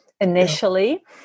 initially